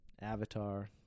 Avatar